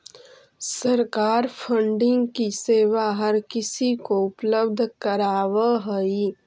सरकार फंडिंग की सेवा हर किसी को उपलब्ध करावअ हई